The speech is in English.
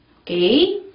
Okay